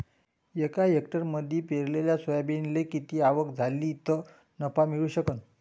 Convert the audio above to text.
एका हेक्टरमंदी पेरलेल्या सोयाबीनले किती आवक झाली तं नफा मिळू शकन?